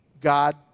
God